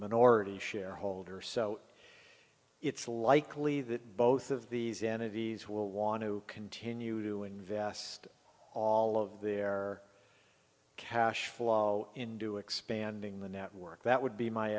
minority shareholder so it's likely that both of these entities will want to continue to invest all of their cash flow into expanding the network that would be my